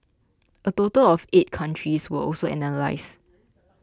a total of eight countries were also analysed